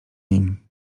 nim